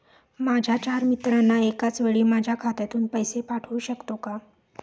माझ्या चार मित्रांना एकाचवेळी माझ्या खात्यातून पैसे पाठवू शकतो का?